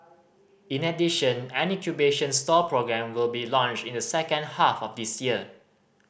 in addition an incubation stall programme will be launched in the second half of this year